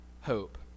hope